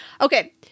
Okay